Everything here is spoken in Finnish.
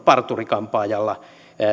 parturi kampaajalla